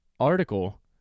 article